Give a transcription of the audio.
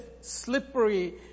slippery